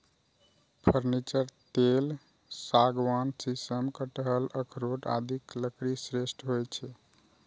furniture लेल सागवान, शीशम, कटहल, अखरोट आदिक लकड़ी श्रेष्ठ होइ छै